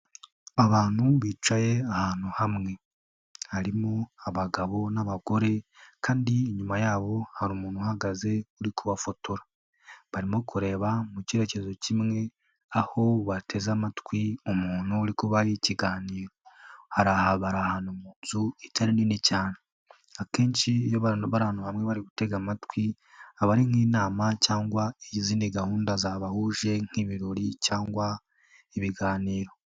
Abantu bicaye ahantu hamwe. Harimo abagabo n'abagore kandi nyuma yabo hari umuntu uhagaze uri kubafotora, barimo kureba mu cyerekezo kimwe, aho bateze amatwi umuntu uri kubaho ikiganiro. Bari ahantu mu nzu itari nini cyane, akenshi iyo abantu bari hamwe bari gutega amatwi, aba ari nk'inama cyangwa izindi gahunda zabahuje nk'ibirori cyangwa ibiganiro.